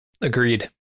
Agreed